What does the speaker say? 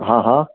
હા હા